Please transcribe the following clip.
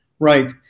Right